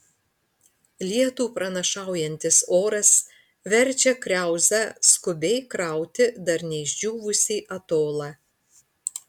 lietų pranašaujantis oras verčia kriauzą skubiai krauti dar neišdžiūvusį atolą